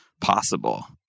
possible